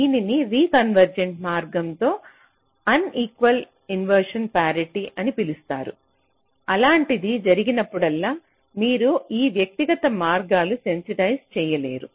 దీనిని రికన్వెర్జెంట్ మార్గం తో ఆన్ఈక్వల్ ఇన్వెర్షన్ పారిటీ అని పిలుస్తారు అలాంటిది జరిగినప్పుడల్లా మీరు ఈ వ్యక్తిగత మార్గాలను సెన్సిటైజ్ చేయలేరు